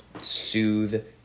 soothe